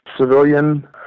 civilian